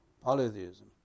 polytheism